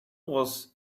was